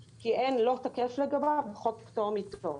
כי לי כתוב שאתה מפקח על הכספומטים הפרטיים.